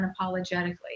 unapologetically